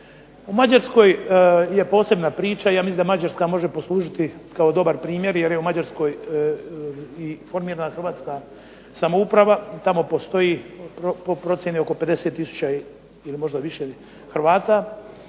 U Mađarskoj je posebna priča. Ja mislim da Mađarska može poslužiti kao dobar primjer, jer je u Mađarskoj i formirana hrvatska samouprava. Tamo postoji po procjeni oko 50000 ili možda više Hrvata